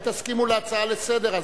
אולי תסכימו להצעה לסדר-היום,